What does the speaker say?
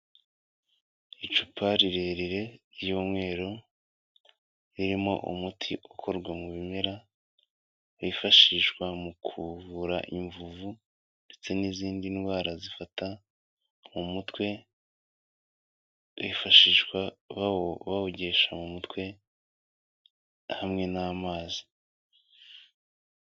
Icupa rirerire ry'umweru, ririmo umuti ukorwa mu bimera, wifashishwa mu kuvura imvuvu ndetse n'izindi ndwara zifata mu mutwe, wifashishwa bawogesha mu mutwe hamwe n'amazi.